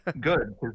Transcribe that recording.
Good